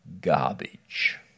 garbage